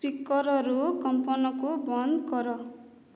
ସ୍ପିକର୍ରୁ କମ୍ପନକୁ ବନ୍ଦ କର